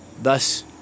thus